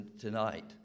tonight